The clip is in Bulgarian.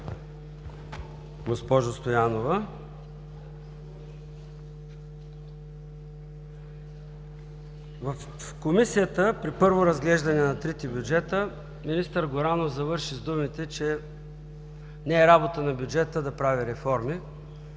госпожо Стоянова. В Комисията при първо разглеждане на трите бюджета министър Горанов завърши с думите, че не е работа на бюджета да прави реформи,